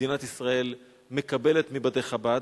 מדינת ישראל מקבלת מבתי-חב"ד.